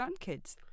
grandkids